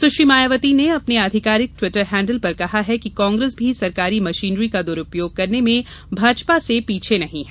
सुश्री मायावती ने अपने आधिकारिक ट्विटर हैंडल पर कहा कि कांग्रेस भी सरकारी मशीनरी का दुरूपयोग करने में भाजपा से पीछे नहीं है